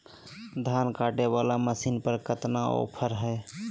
धान कटे बाला मसीन पर कतना ऑफर हाय?